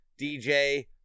DJ